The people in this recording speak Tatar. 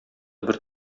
бер